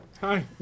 Hi